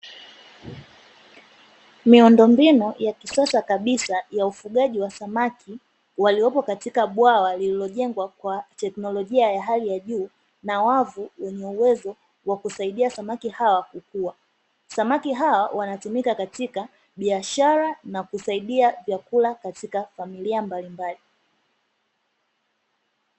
Miundombinu ya kisasa kabisa ya ufugaji wa samaki, waliopo katika bwawa lililojengwa kwa teknolojia ya hali ya juu na wavu wenye uwezo wa kusaidia samaki hawa, kukua. Samaki hawa wanatumika katika biashara na kusaidia vyakula katika familia mbalimbali.